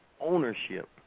ownership